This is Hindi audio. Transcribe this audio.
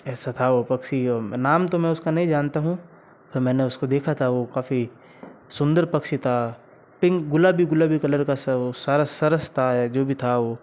ऐसा था वो पक्षी और नाम तो मैं उसका नहीं जानता हूँ पर मैंने उसको देखा था वो काफी सुंदर पक्षी था पिंक गुलाबी गुलाबी कलर का सारस था या जो भी था वह